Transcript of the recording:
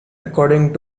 according